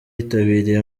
yitabiriye